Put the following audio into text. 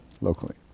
Locally